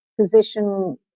position